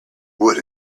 what